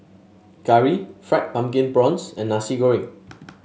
curry Fried Pumpkin Prawns and Nasi Goreng